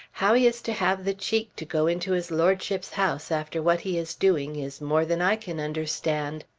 how he is to have the cheek to go into his lordship's house after what he is doing is more than i can understand.